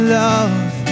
love